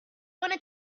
wanna